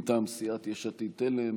מטעם סיעת יש עתיד-תל"ם.